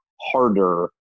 harder